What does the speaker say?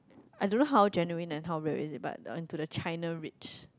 I don't know how genuine and how real is it but uh into a China Rich